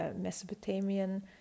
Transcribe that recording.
Mesopotamian